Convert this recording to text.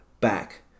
back